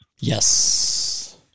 Yes